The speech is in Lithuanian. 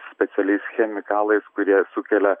specialiais chemikalais kurie sukelia